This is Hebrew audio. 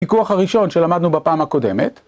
פיקוח הראשון שלמדנו בפעם הקודמת.